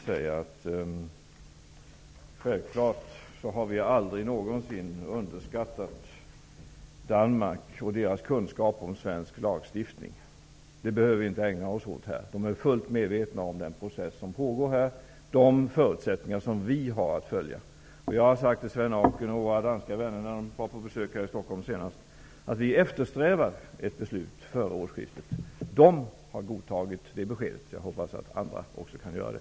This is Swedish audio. Självfallet har vi aldrig någonsin underskattat Danmark och danskarnas kunskaper om svensk lagstiftning. Den frågan behöver vi inte ägna oss åt här. Danskarna är fullt medvetna om den process som pågår här och de förutsättningar som vi har att följa. Jag har sagt till Svend Auken och våra danska vänner när de var på besök här i Stockholm senast att vi eftersträvar ett beslut före årsskiftet. De har godtagit det beskedet. Jag hoppas att också andra kan göra det.